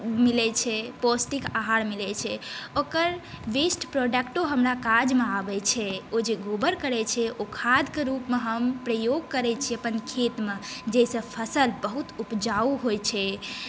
मिलै छै पौष्टिक आहार मिलै छै ओकर वेस्ट प्रोडक्टो हमरा काजमे आबै छै ओ जे गोबर करै छै ओ खादके रूपमे हम प्रयोग करै छिए अपन खेतमे जाहिसँ फसल बहुत उपजाउ होइ छै